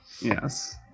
Yes